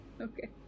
Okay